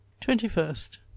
Twenty-first